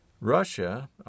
Russia